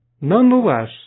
Nonetheless